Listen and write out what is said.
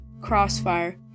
Crossfire